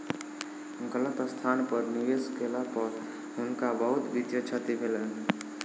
गलत स्थान पर निवेश केला पर हुनका बहुत वित्तीय क्षति भेलैन